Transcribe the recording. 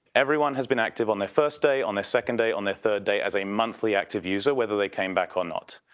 everyone has been active on their first day, on their second day, on their third day as a monthly active user, whether they came back or not.